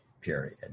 period